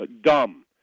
Dumb